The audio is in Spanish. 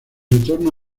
retorno